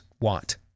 want